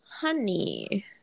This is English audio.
honey